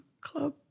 club